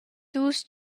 dus